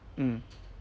mm